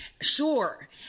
sure